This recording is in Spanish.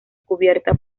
cubierta